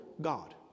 God